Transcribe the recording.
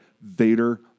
Vader